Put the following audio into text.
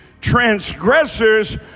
transgressors